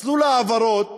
מסלול העברות